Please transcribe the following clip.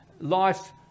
life